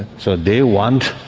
so they want,